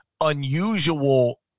unusual